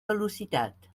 velocitat